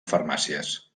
farmàcies